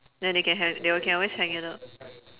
then they can hang they can always hang it up